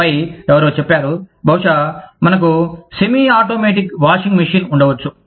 ఆపై ఎవరో చెప్పారు బహుశా మనకు సెమియాటోమాటిక్ వాషింగ్ మెషీన్ ఉండవచ్చు